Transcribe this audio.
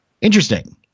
interesting